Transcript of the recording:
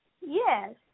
yes